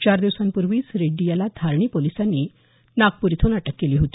चार दिवसांपूर्वीच रेड्डी याला धारणी पोलीसांनी नागपूर इथून अटक केली होती